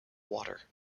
water